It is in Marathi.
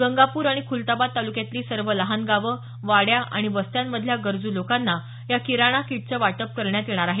गंगापूर आणि खुलताबाद तालुक्यातली सर्व लहान गावं वाड्या आणि वस्त्यांमधल्या गरजू लोकांना या किराणा किटचं वाटप करण्यात येणार आहे